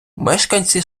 мешканці